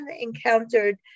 encountered